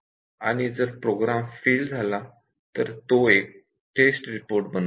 आणि जर program fail झाला तर तो एक टेस्ट रिपोर्ट बनवतो